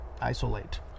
isolate